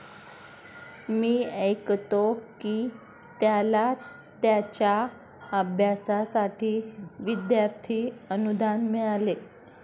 मी ऐकतो की त्याला त्याच्या अभ्यासासाठी विद्यार्थी अनुदान मिळाले